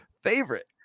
favorite